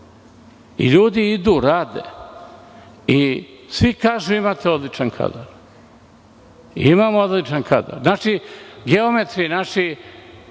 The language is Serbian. Ljudi idu rade. Svi kažu imate odličan kadar. Imam odlična kadar. Znači, geometri naši,